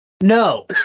No